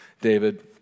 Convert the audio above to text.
David